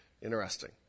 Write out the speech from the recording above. Interesting